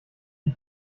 die